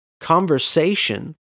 conversation